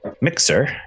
mixer